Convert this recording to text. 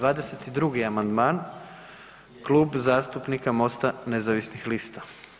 22. amandman Klub zastupnika Mosta nezavisnih lista.